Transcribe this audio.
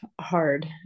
hard